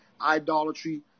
idolatry